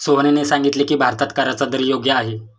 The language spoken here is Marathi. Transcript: सोहनने सांगितले की, भारतात कराचा दर योग्य आहे